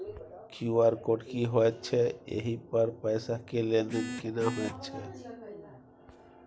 QR code की होयत छै एहि पर पैसा के लेन देन केना होयत छै?